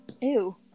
Ew